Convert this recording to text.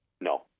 No